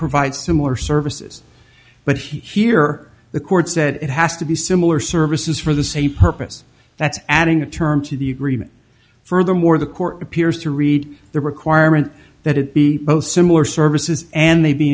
provide similar services but here the court said it has to be similar services for the same purpose that's adding a term to the agreement furthermore the court appears to read the requirement that it be both similar services and they be